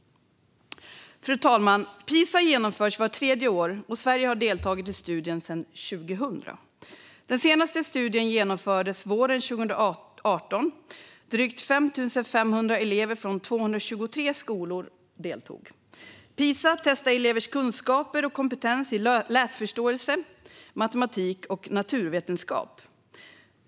Fru talman! PISA genomförs vart tredje år, och Sverige har deltagit i studien sedan 2000. Den senaste studien genomfördes våren 2018. Drygt 5 500 elever från 223 skolor deltog. PISA testar elevers kunskaper och kompetens i läsförståelse, matematik och naturvetenskap.